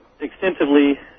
extensively